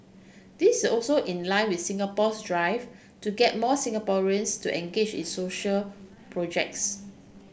this is also in line with Singapore's drive to get more Singaporeans to engage in social projects